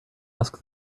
ask